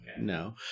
no